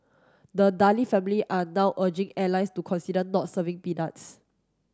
the Daley family are now urging airlines to consider not serving peanuts